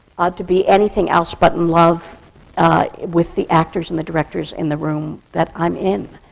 to be anything else but in love with the actors and the directors in the room that i'm in.